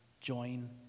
join